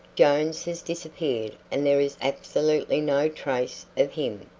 jones has disappeared and there is absolutely no trace of him.